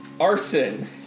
Arson